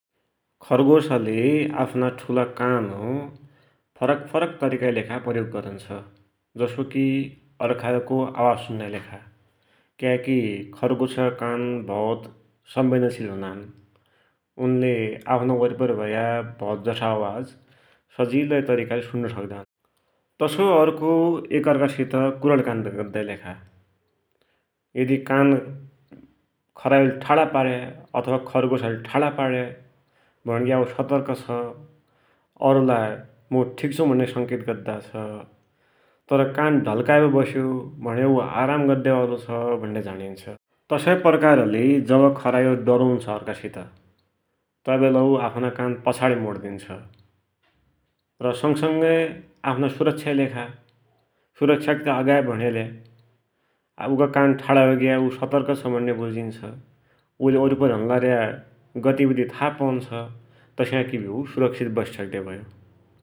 खर्गोसले आफ्ना ठुला कानो फरक फरक तरिकाकी लेखा प्रयोग गरुन्छ । जसोकी अर्खाको आवाज सुण्णाकि लेखा क्याकी खर्गोसका कान भौत संबेदनशील हुनान । उनले आफ्नो वोरिपरी भया भौतजसा आवाज सजिलै तरिकाले सुनण्णु सक्दान तसोई अर्खो एक अर्खा सित कुरडिकानी गद्दाकी लेखा, यदि कान खरायोले ठाडा पाड्या वा खर्गोसले ठाडा पाड्या भुणिग्या उ सतर्क छ, औरलाई मुइ ठिक छु भुण्ड्या संकेत गद्दाछ । तर कान ढल्काइ बटे बस्यो भुण्या उ आराम गादयावालो छ भुण्य़ा जाणिञ्छ । तसै प्रकारले जब खरायो डरुन्छ अर्खासित तै बेला उ आफ्ना कान पछाडी मोडिदिञ्छ, र संगसंगै आफ्ना सुरक्षाकी लेखा, सुरक्षाकित आगाइ भुणिहाल्या आब उइका कान ठाडा भ्या उ सतर्क छ भुण्या बुझिन्छ, उइले वरिपरि हुन्नार्या गतिबिधि था पौञ्छ, तस्या किभयो उ सुरक्षित बसी सक्दया भयो ।